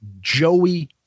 Joey